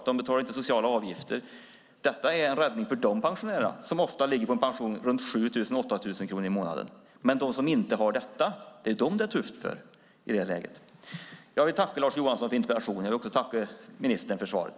De betalar inte sociala avgifter. Detta är en räddning för de pensionärerna, som ofta har en pension som ligger på 7 000-8 000 kronor i månaden. Men för dem som inte har detta är det tufft i det här läget. Jag vill tacka Lars Johansson för interpellationen. Jag vill också tacka ministern för svaret.